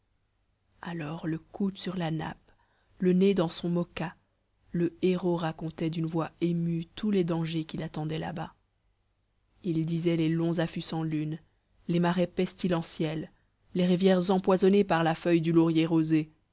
alors le coude sur la nappe le nez dans son moka le héros racontait d'une voix émue tous les dangers qui l'attendaient là has il disait les longs affûts sans lune les marais pestilentiels les rivières empoisonnées par la feuille du laurier rosé